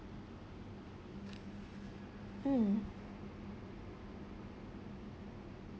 mm